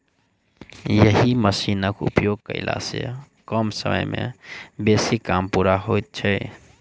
एहि मशीनक उपयोग कयला सॅ कम समय मे बेसी काम पूरा होइत छै